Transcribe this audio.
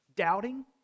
doubting